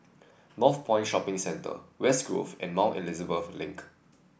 Northpoint Shopping Centre West Grove and Mount Elizabeth Link